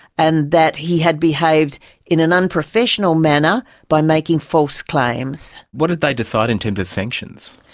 and that he had behaved in an unprofessional manner by making false claims. what did they decide in terms of sanctions?